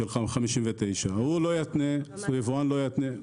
הוא לא יתנה, סביבו לא יתנה.